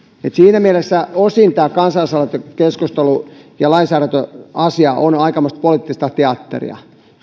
siinä mielessä osin tämä kansalaisaloitekeskustelu ja lainsäädäntöasia ovat aikamoista poliittista teatteria